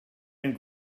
and